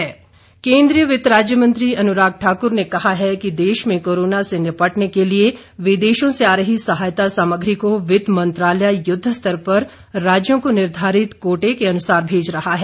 अनुराग ठाकुर केन्द्रीय वित्त राज्य मंत्री अनुराग ठाकुर ने कहा है कि देश में कोरोना से निपटने के लिए विदेशों से आ रही सहायता सामग्री को वित्त मंत्रालय युद्ध स्तर पर राज्यों को निर्धारित कोटे के अनुसार भेज रहा है